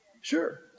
Sure